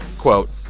quote,